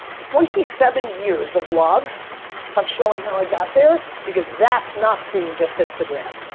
twenty seven years of vlogs of showing how i got there. because that's not seeing just instagram!